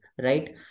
right